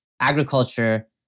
agriculture